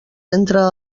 entra